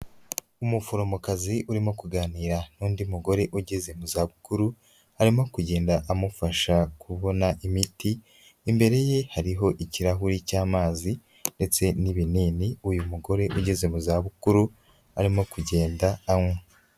Umuforomokazi urimo kuganira n'undi mugore ugeze mu za bukuru arimo kugenda amufasha kubona imiti, imbere ye hariho ikirahuri cy'amazi ndetse n'ibinini uyu mugore ugeze mu za bukuru arimo kugenda anywa.